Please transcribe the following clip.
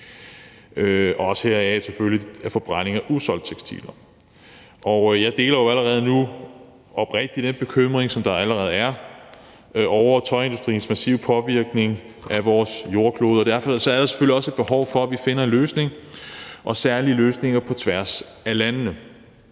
gælder selvfølgelig også forbrænding af usolgte tekstiler. Jeg deler jo allerede nu oprigtigt den bekymring, som der allerede er, over tøjindustriens massive påvirkning af vores jordklode. Og derfor er der selvfølgelig også et behov for, at vi finder en løsning og særlige løsninger på tværs af landene.